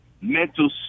mental